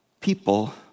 people